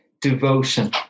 devotion